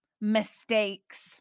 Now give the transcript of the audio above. mistakes